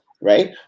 right